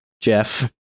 Jeff